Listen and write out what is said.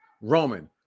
Roman